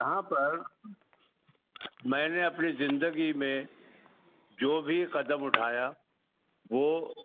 یہاں پر میں نے اپنی زندگی میں جو بھی قدم اٹھایا وہ